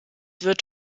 wird